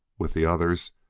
with the others,